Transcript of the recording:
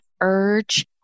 urge